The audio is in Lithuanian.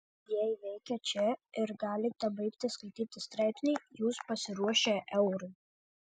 jei veikia čia ir galite baigti skaityti straipsnį jūs pasiruošę eurui